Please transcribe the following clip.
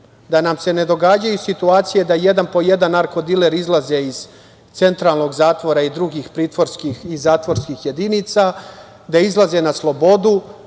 da nam se ne događaju situacije da jedan, po jedan narko-diler izlaze iz Centralnog zatvora i drugih pritvorskih i zatvorskih jedinica, da izlaze na slobodu,